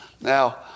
Now